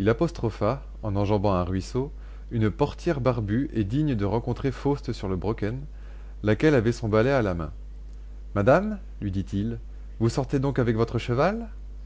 il apostropha en enjambant un ruisseau une portière barbue et digne de rencontrer faust sur le brocken laquelle avait son balai à la main madame lui dit-il vous sortez donc avec votre cheval